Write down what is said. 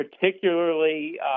particularly